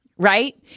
Right